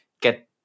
get